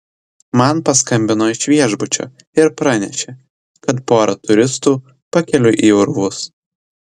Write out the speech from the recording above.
man paskambino iš viešbučio ir pranešė kad pora turistų pakeliui į urvus